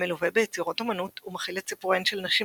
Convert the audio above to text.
המלווה ביצירות אמנות ומכיל את סיפוריהן של נשים